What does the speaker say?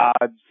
odds